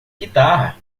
guitarra